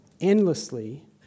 endlessly